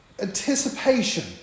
anticipation